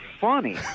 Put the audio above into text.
funny